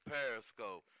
Periscope